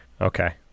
Okay